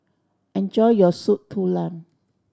enjoy your Soup Tulang